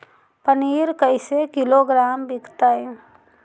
पनिर कैसे किलोग्राम विकतै?